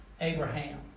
Abraham